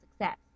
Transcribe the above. success